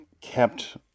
kept